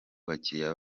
bakiriya